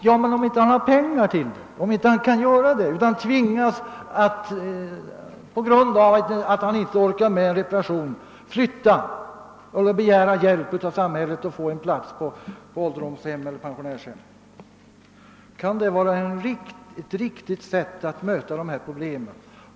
Ja, men om han nu inte har några pengar till denna reparation? Han kan då inte göra denna reparation och tvingas därför flytta till ett ålderdomshem eller ett pensionärshem. Kan det vara ett riktigt sätt att lösa dessa problem.